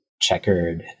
checkered